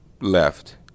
left